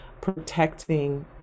protecting